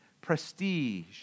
prestige